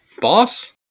boss